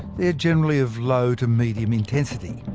they are generally of low to medium intensity.